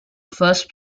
first